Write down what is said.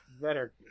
Better